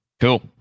Cool